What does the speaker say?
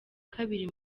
kabiri